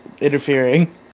interfering